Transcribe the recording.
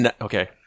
okay